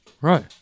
Right